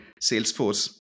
Salesforce